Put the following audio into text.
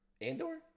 Andor